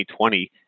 2020